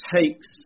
takes